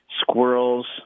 Squirrels